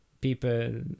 people